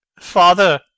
father